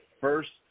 first